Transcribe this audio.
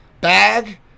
bag